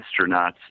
astronauts